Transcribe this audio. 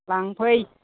लांफै